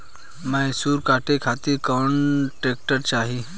मैसूर काटे खातिर कौन ट्रैक्टर चाहीं?